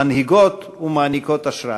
מנהיגות ומעניקות השראה.